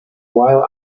wild